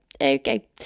okay